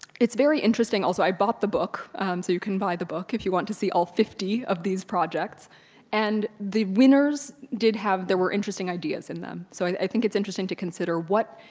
it's very interesting also. i bought the book, so you can buy the book if you want to see all fifty of these projects and the winners did have, there were interesting ideas in them. so i think it's interesting to consider what,